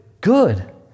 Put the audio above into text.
Good